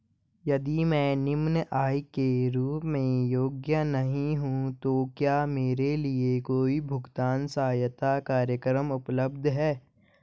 यदि मैं निम्न आय के रूप में योग्य नहीं हूँ तो क्या मेरे लिए कोई भुगतान सहायता कार्यक्रम उपलब्ध है?